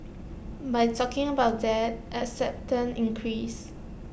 by talking about that acceptance increased